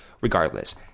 regardless